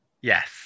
Yes